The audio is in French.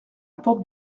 porte